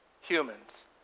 humans